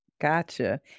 Gotcha